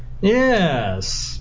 Yes